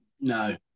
No